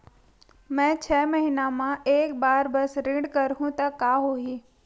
मैं छै महीना म एक बार बस ऋण करहु त का होही?